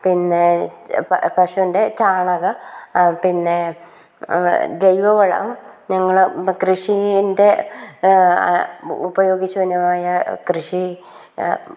പിന്നെ പശുവിൻ്റെ ചാണകം പിന്നെ ജൈവ വളം ഞങ്ങൾ കൃഷിൻ്റെ ഉപയോഗശൂന്യമായ കൃഷി